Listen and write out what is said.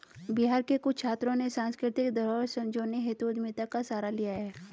बिहार के कुछ छात्रों ने सांस्कृतिक धरोहर संजोने हेतु उद्यमिता का सहारा लिया है